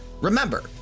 Remember